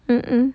mm mm